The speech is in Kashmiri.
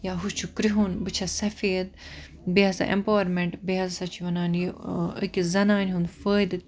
یا ہُہ چھُ کرٛہُن بہٕ چھَس سفیٖد بیٚیہِ ہَسا ایٚمپاوَرمینٛٹ بیٚیہِ ہَسا چھُ وَنان یہِ أکِس زَنانہِ ہُنٛد فٲیِدٕ